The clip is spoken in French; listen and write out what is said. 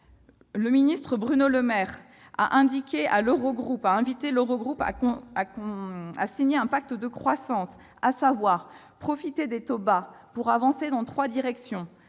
Le ministre Bruno Le Maire a invité l'Eurogroupe à signer un pacte de croissance, visant à profiter des taux d'intérêt bas pour avancer dans trois directions